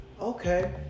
okay